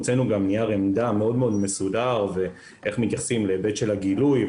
הוצאנו גם נייר עמדה מאוד מאוד מסודר ואיך מתייחסים להיבט של הגילוי,